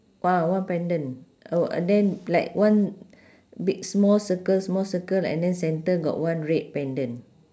ah one pendant uh uh then like one big small circle small circle and then centre got one red pendant